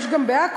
יש גם בעכו,